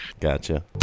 Gotcha